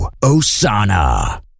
Osana